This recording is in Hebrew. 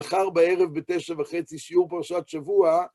מחר בערב בתשע וחצי שיעור פרשת שבוע.